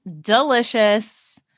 delicious